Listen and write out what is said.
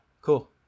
Cool